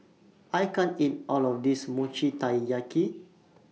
I can't eat All of This Mochi Taiyaki